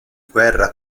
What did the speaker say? guerra